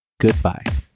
goodbye